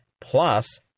plus